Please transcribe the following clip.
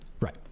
Right